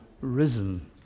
Risen